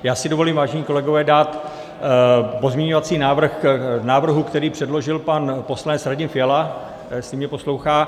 Já si dovolím, vážení kolegové, dát pozměňovací návrh k návrhu, který předložil pan poslanec Radim Fiala jestli mě poslouchá.